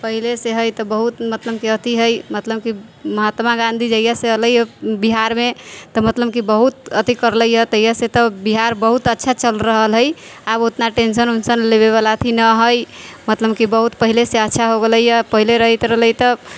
पहले से है तऽ बहुत मतलब की अथी है मतलब की महात्मा गांधी जहिया से अयलै बिहार मे तऽ मतलब की बहुत अथी करलै हँ तहिया से तऽ बिहार बहुत अच्छा चल रहल है आब उतना टेंसन उनसन लेबे बला अथी ना है मतलब की बहुत पहले से अच्छा हो गेलैया पहले रहैत रहलै तऽ